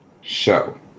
show